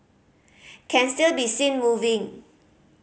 can still be seen moving